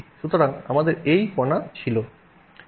সুতরাং আমাদের এই কণা ছিল